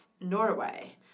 Norway